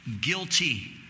guilty